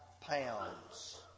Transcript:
pounds